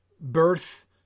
birth